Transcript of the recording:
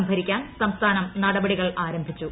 സംഭരിക്കാൻ സംസ്ഥാനം നട്പടികൾ ആരംഭിച്ചു